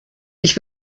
ich